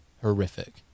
horrific